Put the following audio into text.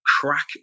crack